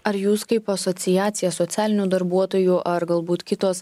ar jūs kaip asociacija socialinių darbuotojų ar galbūt kitos